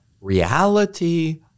reality